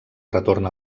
retorn